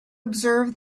observe